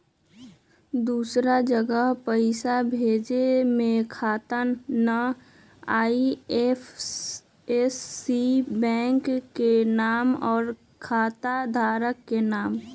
दूसरा जगह पईसा भेजे में खाता नं, आई.एफ.एस.सी, बैंक के नाम, और खाता धारक के नाम?